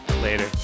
Later